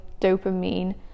dopamine